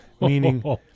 Meaning